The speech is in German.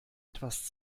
etwas